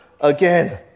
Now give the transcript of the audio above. again